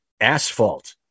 asphalt